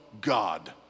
God